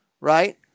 right